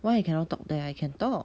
why I cannot talk there I can talk